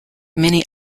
many